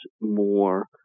more